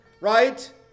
Right